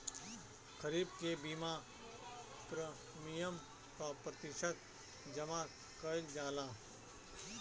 खरीफ के बीमा प्रमिएम क प्रतिशत जमा कयील जाला?